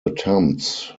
attempts